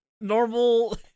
normal